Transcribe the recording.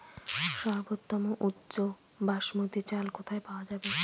সর্বোওম উচ্চ বাসমতী চাল কোথায় পওয়া যাবে?